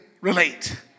relate